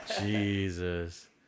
Jesus